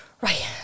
right